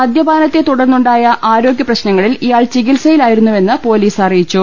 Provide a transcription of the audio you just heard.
മദ്യ പാനത്തെ തുടർന്നുണ്ടായ ആരോഗ്യപ്രശ്നങ്ങളിൽ ഇയാൾ ചികി ത്സയിലായിരുന്നുവെന്ന് പൊലീസ് അറിയിച്ചു